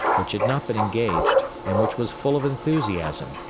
which had not been engaged, and which was full of enthusiasm.